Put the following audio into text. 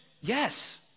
Yes